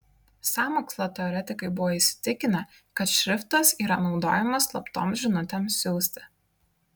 sąmokslo teoretikai buvo įsitikinę kad šriftas yra naudojamas slaptoms žinutėms siųsti